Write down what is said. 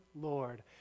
Lord